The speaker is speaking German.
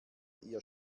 ihr